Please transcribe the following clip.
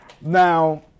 Now